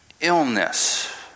illness